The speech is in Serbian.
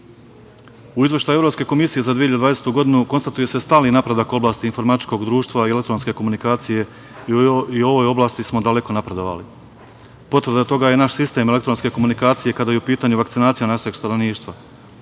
izveštaju Evropske komisije za 2020. godinu konstatuje se stalni napredak u oblasti informatičkog društva i elektronske komunikacije, i u ovoj oblasti smo daleko napredovali. Potvrda toga je naš sistem elektronske komunikacije, kada je u pitanju vakcinacija našeg stanovništva.